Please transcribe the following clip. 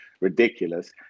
ridiculous